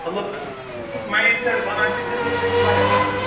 مطلب تیُٚتھ mind set بنا چھِ تِژھٕے چھِ تٔمِس لایف بنا